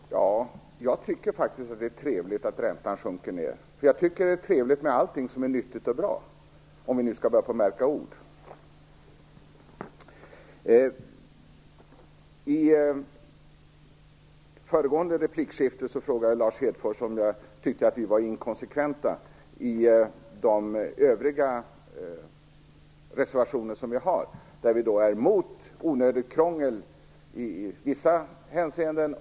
Fru talman! Jag tycker faktiskt att det är trevligt att räntan sjunker. Jag tycker att det är trevligt med allting som är nyttigt och bra, om vi nu skall märka ord. I föregående replikskifte frågade Lars Hedfors om jag tyckte att vi var inkonsekventa i de övriga reservationer som vi har, där vi är emot onödigt krångel i vissa hänseenden.